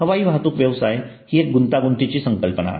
हवाई वाहतूक व्यवसाय ही एक गुंतागुंतीची संकल्पना आहे